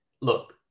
Look